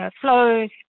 flows